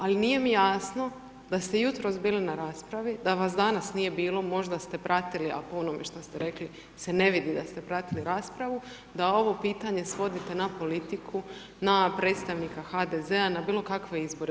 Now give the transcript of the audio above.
Ali, nije mi jasno da ste jutros bili na raspravi, da vas danas nije bilo, možda ste pratili, a po onome šta ste rekli se ne vidi da ste pratili raspravu, da ovo pitanje svodite na politiku, na predstavnika HDZ-a, na bilo kakve izbore.